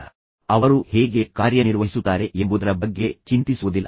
ಅವರು ಏನು ಮಾಡುತ್ತಾರೆ ಅವರು ಹೇಗೆ ಕಾರ್ಯನಿರ್ವಹಿಸುತ್ತಾರೆ ಎಂಬುದರ ಬಗ್ಗೆ ಚಿಂತಿಸುವುದಿಲ್ಲ